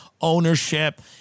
ownership